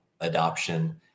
adoption